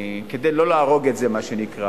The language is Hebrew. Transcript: כדי לא להרוג את זה, מה שנקרא,